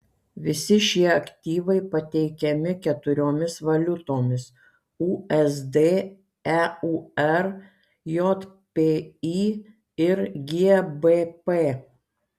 visi šie aktyvai pateikiami keturiomis valiutomis usd eur jpy ir gbp